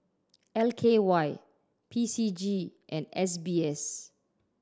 L K Y P C G and S B S